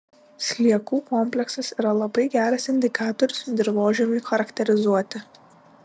sliekų kompleksas yra labai geras indikatorius dirvožemiui charakterizuoti